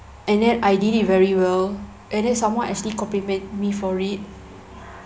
and then I did it very well and then someone actually compliment me for it